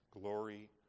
glory